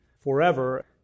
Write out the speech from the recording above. forever